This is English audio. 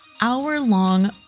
hour-long